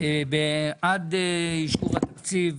עד אישור התקציב,